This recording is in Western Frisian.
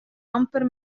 amper